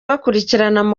bakurikirana